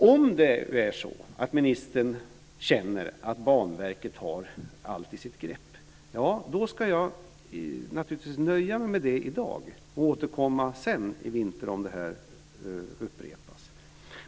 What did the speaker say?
Om ministern känner att Banverket har allt i sitt grepp, då ska jag naturligtvis nöja mig med det i dag och återkomma senare i vinter om detta upprepas.